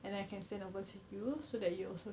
and then I can send over to you so that you also